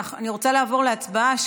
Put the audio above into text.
אני רוצה לעבור להצבעה,